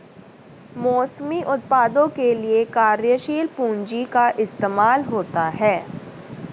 मौसमी उत्पादों के लिये कार्यशील पूंजी का इस्तेमाल होता है